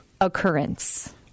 Occurrence